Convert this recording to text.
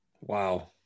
Wow